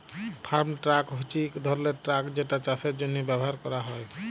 farm truck হছে ইক ধরলের ট্রাক যেটা চাষের জ্যনহে ব্যাভার ক্যরা হ্যয়